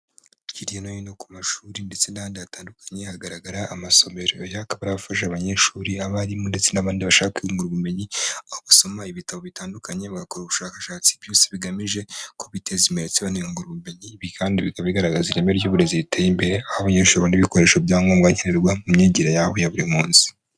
Hirya no hino ku mashuri ndetse n'ahandi hatandukanye hagaragara amasomero, aya akaba ari afasha abanyeshuri, abarimu, ndetse n'abandi bashaka kwiyungura ubumenyi, aho basoma ibitabo bitandukanye bakora ubushakashatsi, byose bigamije ko biteza imbere ndetse baniyungura ubumenyi, ibi kandi bikaba bigaragaza ireme ry'uburezi riteye imbere, aho abanyeshuri babona ibikoresho bya ngombwa nkenerwa, mu myigire yabo ya buri munsi.